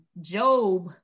Job